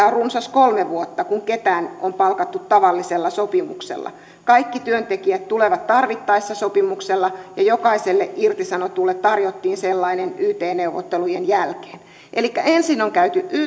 on runsas kolme vuotta kun ketään on palkattu tavallisella sopimuksella kaikki työntekijät tulevat tarvittaessa sopimuksella ja jokaiselle irtisanotulle tarjottiin sellainen yt neuvottelujen jälkeen elikkä ensin on käyty yt